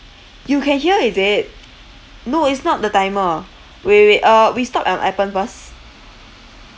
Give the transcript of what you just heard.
you can hear is it no it's not the timer wait wait wait uh we stop um appen first